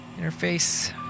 interface